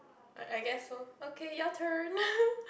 I I guess so okay your turn